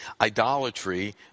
idolatry